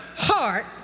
heart